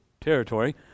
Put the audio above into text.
territory